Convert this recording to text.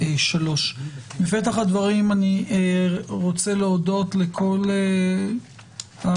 בפתח הדברים אני רוצה להודות לכל השותפים